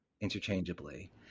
interchangeably